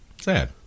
sad